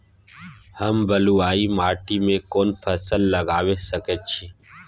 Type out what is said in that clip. हम बलुआही माटी में कोन फसल लगाबै सकेत छी?